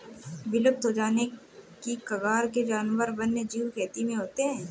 विलुप्त हो जाने की कगार के जानवर वन्यजीव खेती में होते हैं